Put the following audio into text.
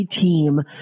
team